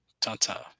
ta-ta